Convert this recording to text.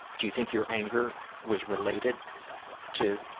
do you think your anger was related to